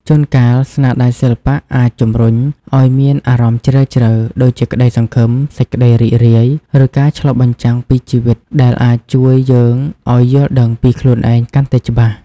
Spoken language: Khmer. ជួនកាល ស្នាដៃសិល្បៈអាចជំរុញឲ្យមានអារម្មណ៍ជ្រាលជ្រៅ ដូចជាក្តីសង្ឃឹម សេចក្តីរីករាយ ឬការឆ្លុះបញ្ចាំងពីជីវិត ដែលអាចជួយយើងឲ្យយល់ដឹងពីខ្លួនឯងកាន់តែច្បាស់។